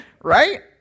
Right